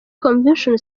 convention